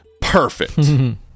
perfect